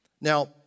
Now